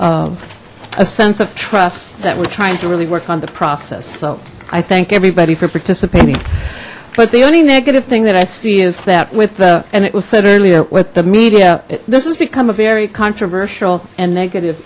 a a sense of trust that we're trying to really work on the process so i thank everybody for participating but the only negative thing that i see is that with the and it was said earlier with the media this has become a very controversial and negative